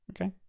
Okay